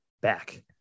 back